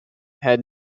had